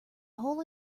hole